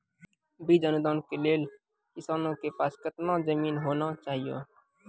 बीज अनुदान के लेल किसानों के पास केतना जमीन होना चहियों?